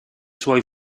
suoi